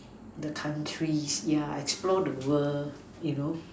the country yeah explore the world you know